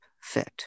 fit